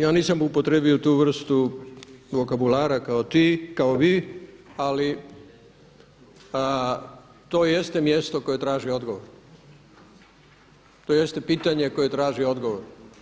ja nisam upotrijebio tu vrstu vokabulara kao ti, kao vi, ali to jeste mjesto koje traži odgovor, to jeste pitanje koje traži odgovor.